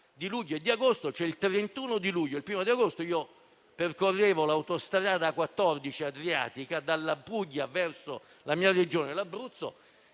Il 31 luglio e il 1° agosto ho percorso l'autostrada A14 "Adriatica", dalla Puglia verso la mia Regione, l'Abruzzo,